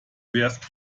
wärst